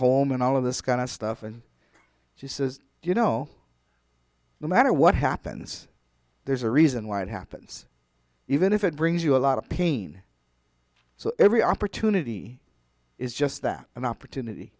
home and all of this kind of stuff and she says you know no matter what happens there's a reason why it happens even if it brings you a lot of pain so every opportunity is just that an opportunity